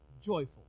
joyful